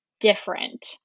different